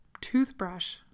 toothbrush